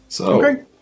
Okay